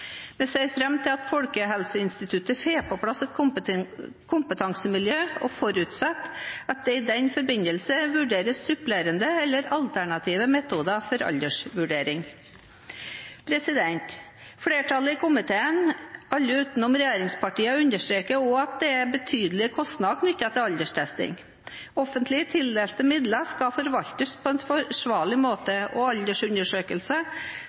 Vi ser fram til at Folkehelseinstituttet får på plass et kompetansemiljø og forutsetter at det i den forbindelse vurderes supplerende eller alternative metoder for aldersvurdering. Flertallet i komiteen, alle utenom regjeringspartiene, understreker også at det er betydelige kostnader knyttet til alderstesting. Offentlig tildelte midler skal forvaltes på en forsvarlig måte,